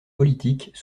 politiques